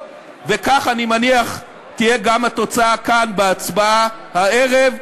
וכך, אני מניח, תהיה גם התוצאה כאן בהצבעה הערב.